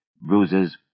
bruises